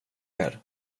här